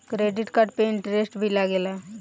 Credit card पे interest भी लागेला?